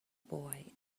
boy